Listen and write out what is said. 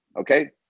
Okay